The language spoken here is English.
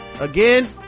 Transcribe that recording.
again